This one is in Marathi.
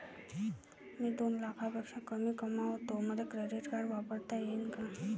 मी दोन लाखापेक्षा कमी कमावतो, मले क्रेडिट कार्ड वापरता येईन का?